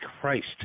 Christ